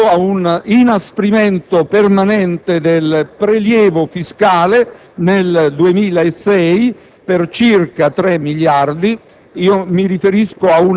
hanno portato ad un inasprimento permanente del prelievo fiscale nel 2006 per circa 3 miliardi.